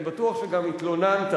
אני בטוח שגם התלוננת,